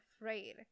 afraid